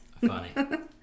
Funny